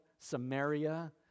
Samaria